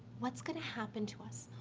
what's going to happen to us?